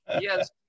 Yes